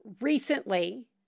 recently